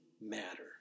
matter